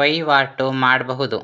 ವೈವಾಟು ಮಾಡ್ಬಹುದು